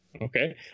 Okay